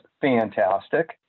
fantastic